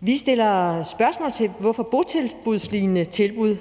Vi stiller spørgsmål til, hvorfor botilbudslignende tilbud